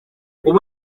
ubu